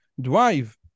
Drive